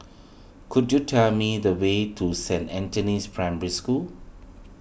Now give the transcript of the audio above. could you tell me the way to Saint Anthony's Primary School